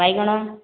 ବାଇଗଣ